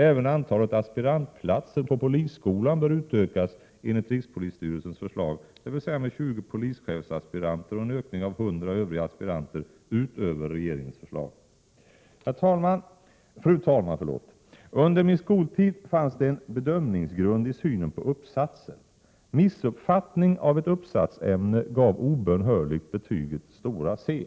Även antalet anspirantplatser på polisskolan bör utökas enligt rikspolisstyrelsens förslag, dvs. med 20 polischefsaspiranter och en ökning av 100 övriga aspiranter utöver regeringens förslag. Fru talman! Under min skoltid fanns det en bedömningsgrund i synen på uppsatser. Missuppfattning av ett uppsatsämne gav obönhörligt betyget stora C.